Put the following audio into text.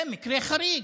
זה מקרה חריג,